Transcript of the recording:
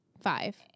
Five